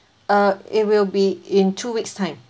uh it will be in two weeks time